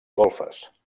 golfes